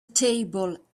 table